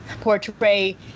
portray